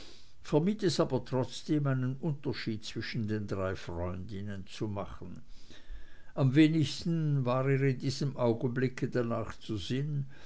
vermied es aber trotzdem einen unterschied zwischen den drei freundinnen zu machen am wenigsten war ihr in diesem augenblick danach zu sinn